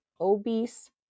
obese